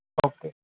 okay